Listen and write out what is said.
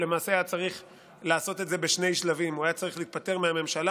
הוא היה צריך לעשות את זה בשני שלבים: הוא היה צריך להתפטר מהממשלה,